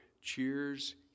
cheers